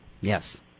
Yes